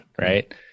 right